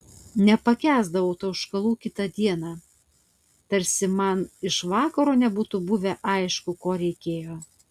nepakęsdavau tauškalų kitą dieną tarsi man iš vakaro nebūtų buvę aišku ko reikėjo